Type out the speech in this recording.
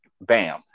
bam